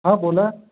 हां बोला